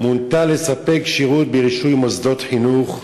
מונתה לספק שירות ברישוי מוסדות חינוך.